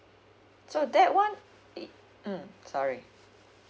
so that one it mm sorry